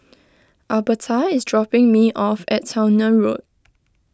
Albertha is dropping me off at Towner Road